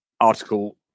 Article